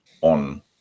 on